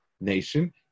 nation